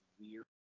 weird